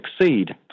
succeed